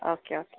okay okay